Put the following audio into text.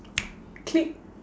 click